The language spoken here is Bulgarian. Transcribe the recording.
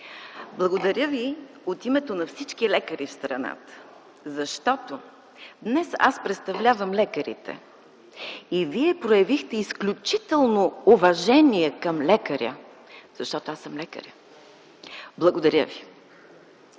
Благодаря Ви от името на всички лекари в страната, защото днес аз представлявам лекарите и Вие проявихте изключително уважение към лекаря, защото аз съм лекарят. Благодаря Ви.